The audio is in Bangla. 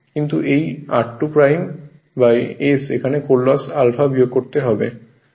কিন্তু এই r2 s এখানে কোর লস আলফা বিয়োগ করতে হবে